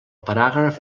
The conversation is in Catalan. paràgraf